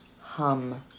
hum